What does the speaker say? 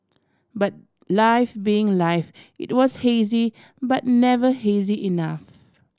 but life being life it was hazy but never hazy enough